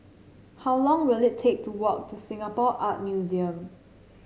how long will it take to walk to Singapore Art Museum